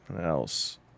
else